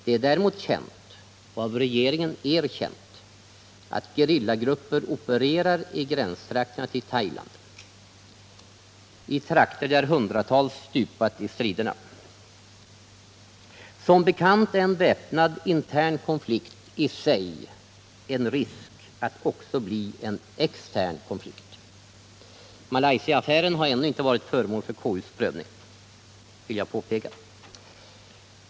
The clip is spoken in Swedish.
Det är däremot känt — och av regeringen erkänt — att gerillatrupper opererar i gränstrakterna till Thailand, där hundratals stupat i striderna. Som bekant innebär en väpnad intern konflikt i sig en risk att också bli en extern konflikt. Malaysiaaffären har ännu inte varit föremål för konstitutionsutskottets prövning, vill jag påpeka.